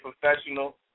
professional